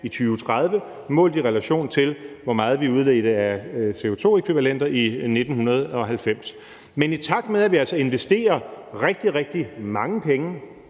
i 2030 målt i relation til, hvor meget vi udledte af CO2-ækvivalenter i 1990. Men i takt med at vi altså investerer rigtig, rigtig mange penge